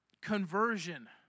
Conversion